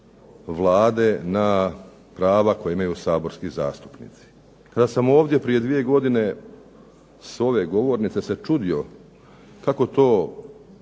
na prava koja imaju saborski zastupnici. Kada sam ovdje prije dvije godine s ove govornice se čudio kako to